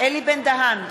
אלי בן-דהן,